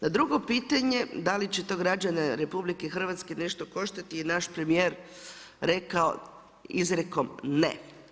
Na drugo pitanje, da li će to građane RH nešto koštati i naš premjer rekao izrekom ne.